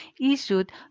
issued